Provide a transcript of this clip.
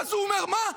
ואז הוא אומר: מה?